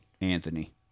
Anthony